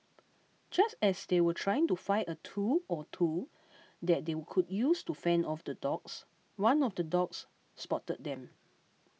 just as they were trying to find a tool or two that they would could use to fend off the dogs one of the dogs spotted them